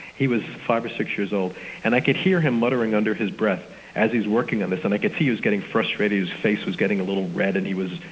he was five or six years old and i could hear him muttering under his breath as he's working on this, and i could see he was getting frustrated, his face was getting a little red and he was,